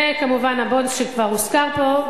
וכמובן ה"בונדס" שכבר הוזכר פה,